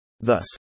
Thus